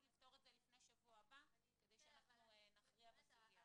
לפתור את זה לפני השבוע הבא כדי שנכריע בסוגיה.